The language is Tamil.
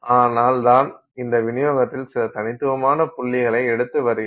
ஆனால் நான் இந்த விநியோகத்தில் சில தனித்துவமான புள்ளிகளை எடுத்து வருகிறேன்